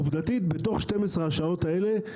עובדתית, בתוך 12 השעות האלה,